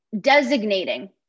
designating